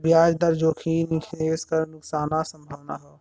ब्याज दर जोखिम निवेश क नुकसान क संभावना हौ